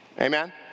Amen